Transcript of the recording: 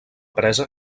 presa